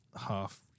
half